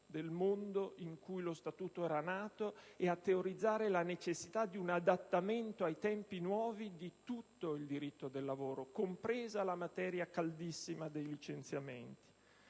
del mondo in cui lo Statuto stesso era nato e a teorizzare la necessità di un adattamento ai tempi nuovi di tutto il diritto del lavoro, compresa la materia caldissima dei licenziamenti.